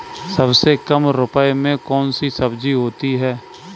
सबसे कम रुपये में कौन सी सब्जी होती है?